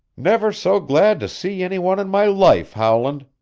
never so glad to see any one in my life, howland!